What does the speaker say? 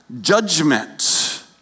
judgment